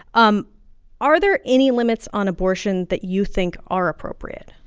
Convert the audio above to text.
um are there any limits on abortion that you think are appropriate?